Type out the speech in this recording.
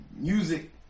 music